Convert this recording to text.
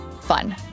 fun